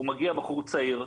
מגיע בחור צעיר,